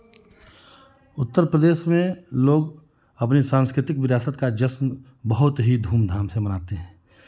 उत्तर प्रदेश में लोग अपनी सांस्कृतिक विरासत का जश्न बहुत ही धूम धाम से मनाते हैं